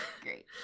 Great